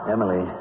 Emily